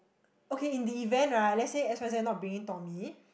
okay in the event right let's say X_Y_Z not bringing Tommy